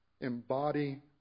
embody